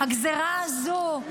הגזירה הזו,